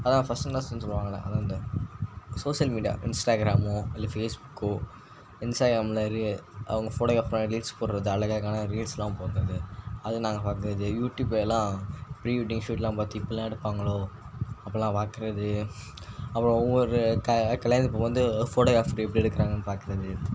அதுதான் first and லாஸ்ட்டுனு சொல்லுவாங்கள அதுதான் இந்த சோஷியல் மீடியா இன்ஸ்டாக்ராமோ இல்லை ஃபேஸ்புக்கோ இன்ஸ்டாக்ராம்ல ரீ அவங்க ஃபோட்டோக்ராஃபரா ரீல்ஸ் போடுறது அழஅழகான ரீல்ஸ்லாம் போடுறது அதை நாங்கள் பார்க்கறது யூடியூப்லலாம் ப்ரீவெட்டிங் ஷூட்லாம் பார்த்து இப்போல்லாம் எடுப்பாங்களோ அப்போல்லாம் பாக்கறது அப்புறம் ஒவ்வொரு க கல்யாணத்துக்கு போகும்போது ஃபோட்டோக்ராஃபர் எப்படி எடுக்குறாங்கன்னு பார்க்கறது